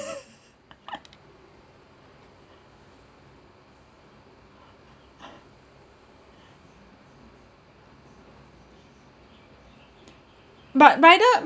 but rider